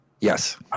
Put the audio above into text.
Yes